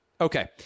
Okay